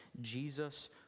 Jesus